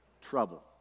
Trouble